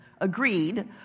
agreed